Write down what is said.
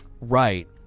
Right